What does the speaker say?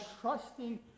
trusting